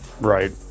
right